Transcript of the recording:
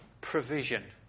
provision